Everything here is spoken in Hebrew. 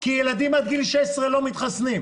כי ילדים עד גיל 16 לא מתחסנים.